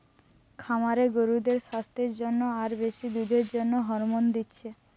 খামারে গরুদের সাস্থের জন্যে আর বেশি দুধের জন্যে হরমোন দিচ্ছে